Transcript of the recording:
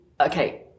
okay